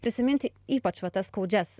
prisiminti ypač va tas skaudžias